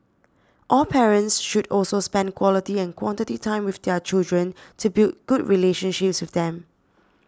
all parents should also spend quality and quantity time with their children to build good relationships with them